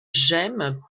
gemmes